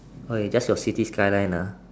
okay that's your city skyline ah